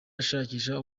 ashakisha